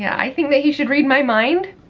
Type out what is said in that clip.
yeah i think that he should read my mind,